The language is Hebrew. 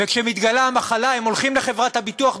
וכשמתגלה המחלה הם הולכים לחברת הביטוח,